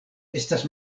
estas